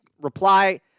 reply